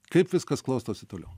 kaip viskas klostosi toliau